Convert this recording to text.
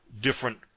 different